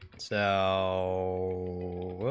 so